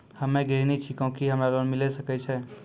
हम्मे गृहिणी छिकौं, की हमरा लोन मिले सकय छै?